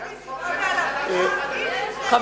אקוניס,